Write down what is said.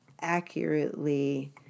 accurately